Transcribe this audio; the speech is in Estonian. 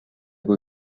kui